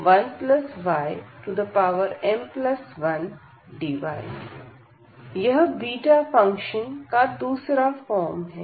यह beta function का दूसरा फॉर्म है